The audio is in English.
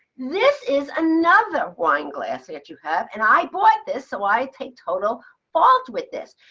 this is another wine glass that you have, and i bought this. so i take total fault with this.